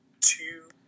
two